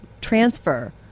transfer